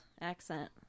accent